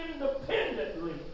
independently